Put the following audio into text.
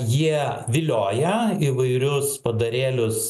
jie vilioja įvairius padarėlius